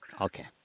Okay